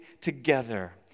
together